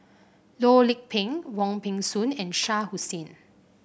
Loh Lik Peng Wong Peng Soon and Shah Hussain